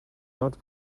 not